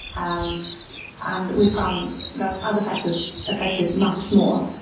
um and we found that other factors affect it much more.